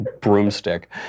broomstick